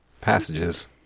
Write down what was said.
passages